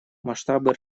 масштабы